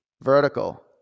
Vertical